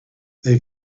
they